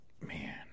man